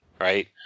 right